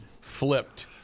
flipped